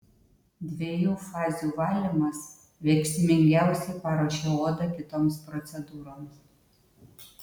dviejų fazių valymas veiksmingiausiai paruošia odą kitoms procedūroms